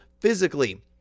physically